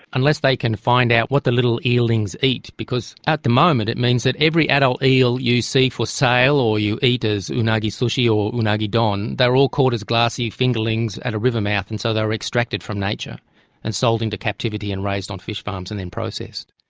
unless they can find out what the little eelings eat, because at the moment it means that every adult eel you see for sale or you eat as unagi sushi or unagi don, they are all caught as glassy fingerlings at a river mouth, and so they were extracted from nature and sold into captivity and raised on fish farms and then processed.